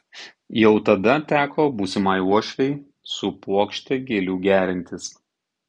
jau tada teko būsimai uošvei su puokšte gėlių gerintis